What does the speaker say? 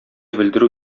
белдерү